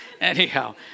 anyhow